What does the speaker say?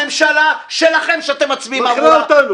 הממשלה שלכם שאתם מצביעים עבורה -- גמרה אותנו.